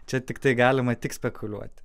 čia tiktai galima tik spekuliuoti